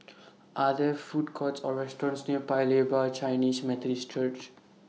Are There Food Courts Or restaurants near Paya Lebar Chinese Methodist Church